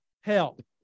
help